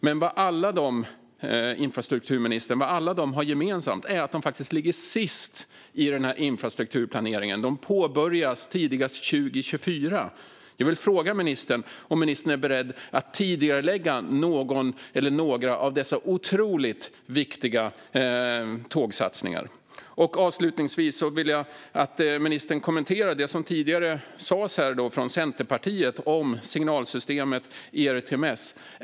Men, infrastrukturministern, alla de har gemensamt att de ligger sist i infrastrukturplaneringen. De påbörjas tidigast 2024. Är ministern beredd att tidigarelägga någon eller några av dessa otroligt viktiga tågsatsningar? Avslutningsvis vill jag att ministern kommenterar det som sas tidigare av Centerpartiet om signalsystemet ERTMS.